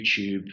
YouTube